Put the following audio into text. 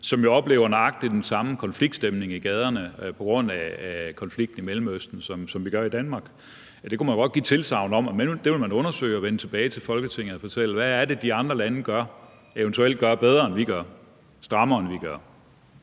som jo oplever nøjagtig den samme konfliktstemning i gaderne på grund af konflikten i Mellemøsten, som vi gør i Danmark. Der kunne man godt give et tilsagn om, at man vil undersøge det og vende tilbage til Folketinget og fortælle, hvad det er, de andre lande gør, og som de eventuelt gør bedre og strammere, end vi gør.